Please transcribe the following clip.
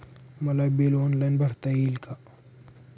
मला bill online भरता येईल का?